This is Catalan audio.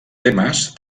temes